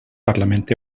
parlament